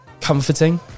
comforting